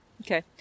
Okay